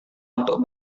untuk